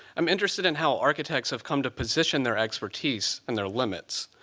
i'm interested in how architects have come to position their expertise and their limits.